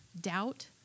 doubt